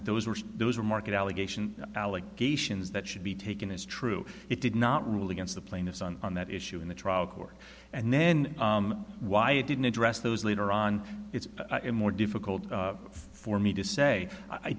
that those were those were market allegation allegations that should be taken is true it did not rule against the plaintiffs on that issue in the trial court and then why you didn't address those later on it's more difficult for me to say i